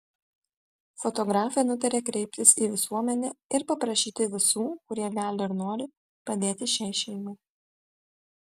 fotografė nutarė kreiptis į visuomenę ir paprašyti visų kurie gali ir nori padėti šiai šeimai